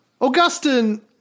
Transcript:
Augustine